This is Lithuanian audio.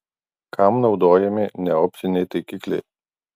kam naudojami neoptiniai taikikliai